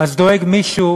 מישהו